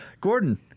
Gordon